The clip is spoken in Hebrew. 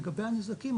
לגבי הנזקים,